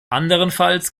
anderenfalls